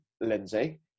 Lindsay